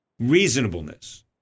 reasonableness